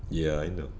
ya I know